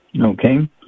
Okay